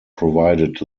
provided